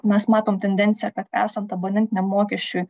mes matom tendenciją kad esant abonentiniam mokesčiui